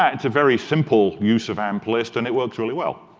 ah it's a very simple use of amp-list and it works really well.